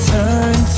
Turn